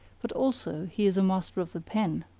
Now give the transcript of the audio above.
but also he is a master of the pen.